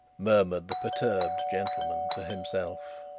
murmured the perturbed gentleman to himself.